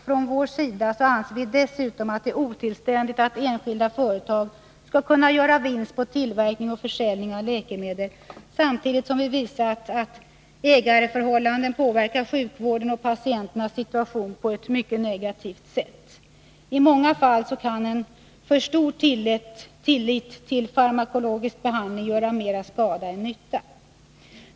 Från vår sida anser vi dessutom att det är otillständigt att enskilda företag skall kunna göra vinster på tillverkning och försäljning av läkemedel, samtidigt som vi visat att ägandeförhållandena påverkar sjukvården och patienternas situation på ett mycket negativt sätt. I många fall kan en alltför stor tillit till farmakologisk behandling göra mer skada än nytta.